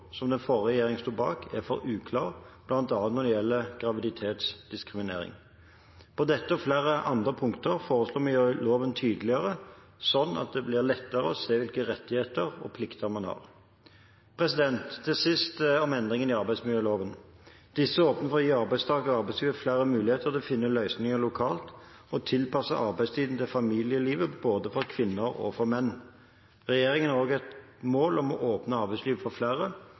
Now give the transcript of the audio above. som den forrige regjeringen sto bak, er for uklar, bl.a. når det gjelder graviditetsdiskriminering. På dette og flere andre punkter foreslår vi å gjøre loven tydeligere, slik at det blir lettere å se hvilke rettigheter og plikter man har. Til sist om endringene i arbeidsmiljøloven: Disse åpner for å gi arbeidstakere og arbeidsgivere flere muligheter til å finne løsninger lokalt og tilpasse arbeidstiden til familielivet for både kvinner og menn. Regjeringen har også et mål om å åpne arbeidslivet for flere,